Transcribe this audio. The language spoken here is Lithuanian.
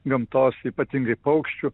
gamtos ypatingai paukščių